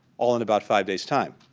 all in about five days' time,